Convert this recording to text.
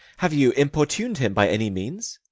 have you importun'd him by any means?